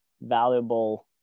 valuable